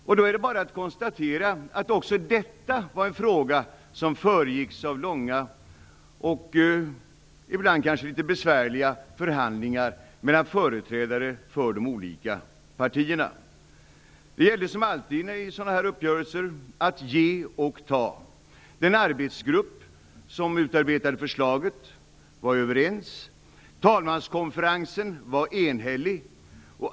Det är då bara att konstatera att också detta var en fråga som föregicks av långa och ibland kanske litet besvärliga förhandlingar mellan företrädare för de olika partierna. Det gällde, som alltid vid sådana här uppgörelser, att ge och ta. Den arbetsgrupp som utarbetade förslaget var överens. Talmanskonferensen var enhällig.